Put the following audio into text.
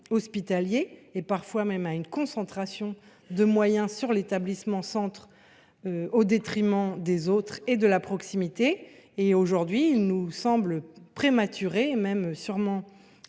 hospitaliers et, parfois, à une concentration des moyens sur l’établissement central au détriment des autres et de la proximité. Par conséquent, il nous semble prématuré et même